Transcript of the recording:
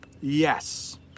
Yes